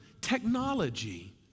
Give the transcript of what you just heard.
technology